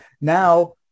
now